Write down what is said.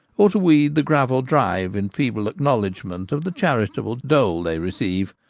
or to weed the gravel drive in feeble acknowledgment of the charitable dole they receive,